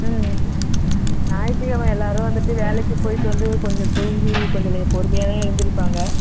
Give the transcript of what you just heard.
ம் ம் ஞாயிற்றுக் கெழமை எல்லோரும் வந்துட்டு வேலைக்கு போய்விட்டு வந்து கொஞ்சம் தூங்கி கொஞ்சம் லே பொறுமையாகதான் எழுந்திரிப்பாங்க